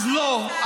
אז לא.